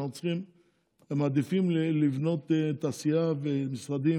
הם מעדיפים לבנות לתעשייה ולמסחר.